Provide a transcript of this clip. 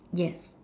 yes